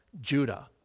Judah